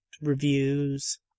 reviews